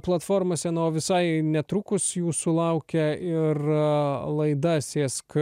platformose nu o visai netrukus jūsų laukia ir laida sėsk